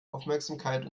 aufmerksamkeit